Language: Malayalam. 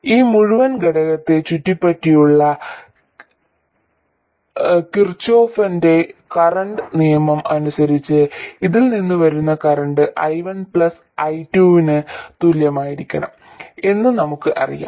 ഈ മുഴുവൻ ഘടകത്തെ ചുറ്റിപ്പറ്റിയുള്ള കിർച്ചോഫ്ന്റെ കറന്റ് നിയമം അനുസരിച്ച് ഇതിൽ നിന്ന് വരുന്ന കറന്റ് I1 I2 ന് തുല്യമായിരിക്കണം എന്ന് നമുക്ക് അറിയാം